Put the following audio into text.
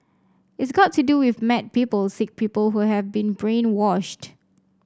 it's got to do with mad people sick people who have been brainwashed